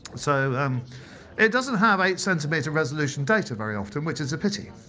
so um it doesn't have eight centimeter resolution data very often, which is a pity.